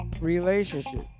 relationship